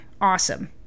Awesome